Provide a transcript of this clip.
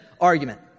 argument